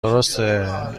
درسته